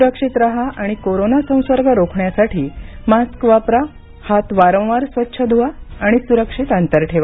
सुरक्षित राहा आणि कोरोना संसर्ग रोखण्यासाठी मास्क वापरा हात वारंवार स्वच्छ धुवा सुरक्षित अंतर ठेवा